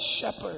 shepherd